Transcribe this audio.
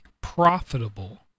profitable